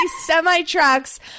Semi-trucks